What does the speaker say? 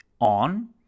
on